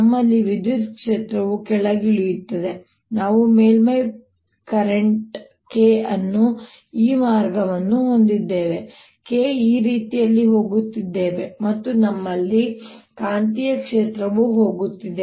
ನಮ್ಮಲ್ಲಿ ವಿದ್ಯುತ್ ಕ್ಷೇತ್ರವು ಕೆಳಗಿಳಿಯುತ್ತಿದೆ ನಾವು ಮೇಲ್ಮೈ ಪ್ರಸ್ತುತ K ಅನ್ನು ಈ ಮಾರ್ಗವನ್ನು ಹೊಂದಿದ್ದೇವೆ K ಈ ರೀತಿಯಲ್ಲಿ ಹೋಗುತ್ತಿದ್ದೇವೆ ಮತ್ತು ನಮ್ಮಲ್ಲಿ ಕಾಂತೀಯ ಕ್ಷೇತ್ರವು ಹೋಗುತ್ತಿದೆ